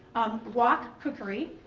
wok cookery,